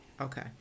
Okay